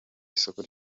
isoko